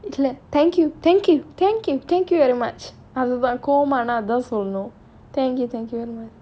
thank you thank you thank you thank you very much கோபமாலாம் எதுவும் சொல்லல:kobamaalaam edhum sollala thank you thank you very much